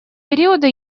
периода